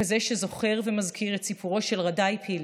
כזה שזוכר ומזכיר את סיפורו של רָדָי פילס,